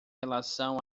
relação